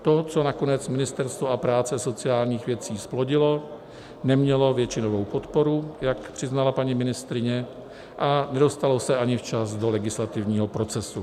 To, co nakonec Ministerstvo práce a sociálních věcí zplodilo, nemělo většinovou podporu, jak přiznala paní ministryně, a nedostalo se ani včas do legislativního procesu.